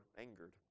angered